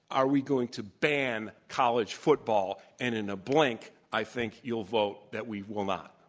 are we going to ban college football, and in a blink, i think you'll vote that we will not.